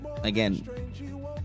again